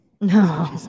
No